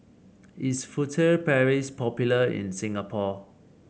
is Furtere Paris popular in Singapore